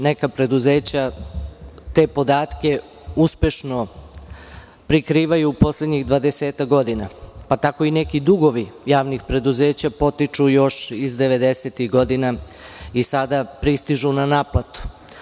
Neka preduzeća te podatke uspešno prikrivaju u poslednjih 20-ak godina, pa tako i neki dugovi javnih preduzeća potiču još iz 90-ih godina i sada pristižu na naplatu.